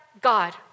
God